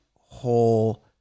whole